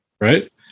right